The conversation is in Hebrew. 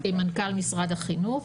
מנכ"ל משרד החינוך,